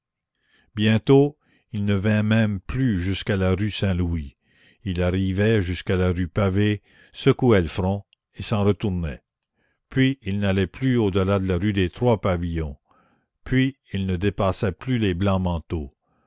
bientôt il ne vint même plus jusqu'à la rue saint-louis il arrivait jusqu'à la rue pavée secouait le front et s'en retournait puis il n'alla plus au delà de la rue des trois pavillons puis il ne dépassa plus les